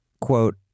Quote